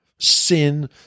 sin